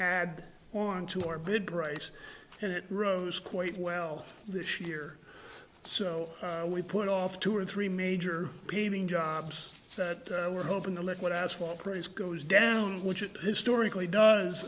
add on to our bid price and it rose quite well this year so we put off two or three major painting jobs that we're hoping the liquid asphalt craze goes down which it historically does